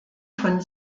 von